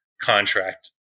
contract